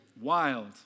Wild